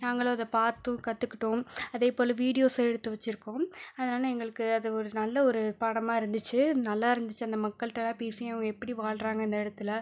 நாங்களும் அதை பார்த்தும் கத்துக்கிட்டோம் அதே போல் விடியோஸ் எடுத்து வச்சுருக்கோம் அதனால எங்களுக்கு அது ஒரு நல்ல ஒரு பாடமாக இருந்துச்சு நல்லா இருந்துச்சு அந்த மக்கள்கிட்டலாம் பேசியும் அவங்க எப்படி வாழறாங்க அந்த இடத்தில்